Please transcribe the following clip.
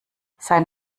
sein